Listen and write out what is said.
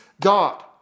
God